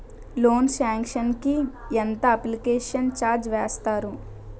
Loan sanction కి ఎంత application charge వేస్తారు?